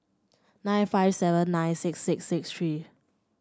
nine five seven nine six six six three